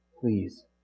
Please